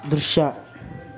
ದೃಶ್ಯ